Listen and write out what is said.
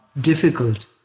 difficult